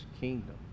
kingdom